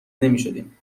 نمیشدیم